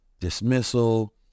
dismissal